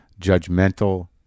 judgmental